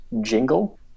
Jingle